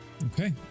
Okay